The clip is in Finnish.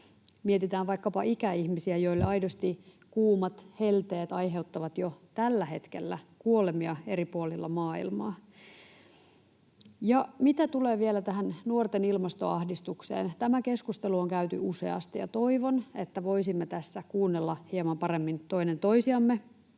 Mietitään vaikkapa ikäihmisiä, joille aidosti kuumat helteet aiheuttavat jo tällä hetkellä kuolemia eri puolilla maailmaa. Ja mitä tulee vielä tähän nuorten ilmastoahdistukseen: Tämä keskustelu on käyty useasti, ja toivon, että voisimme tässä kuunnella hieman paremmin toinen toisiamme.